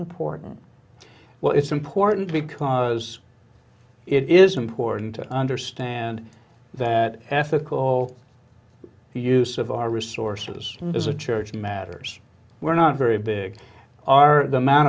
important well it's important because it is important to understand that ethical use of our resources as a church matters were not very big are the amount